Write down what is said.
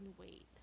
wait